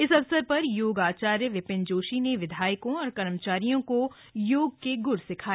इस अवसर पर योग आचार्य विपिन जोशी ने विधायकों और कर्मचारियों को योग के ग्र सिखाए